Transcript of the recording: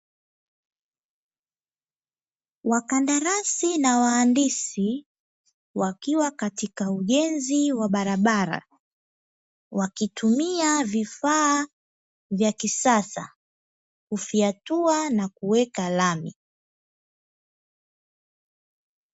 Wakandarasi na waandisi wakiwa katika ujenzi wa barabara wakitumia vifaa vya kisasa kufyatua na kuweka lami.